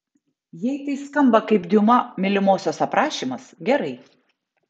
jei tai skamba kaip diuma mylimosios aprašymas gerai